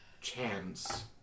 chance